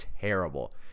terrible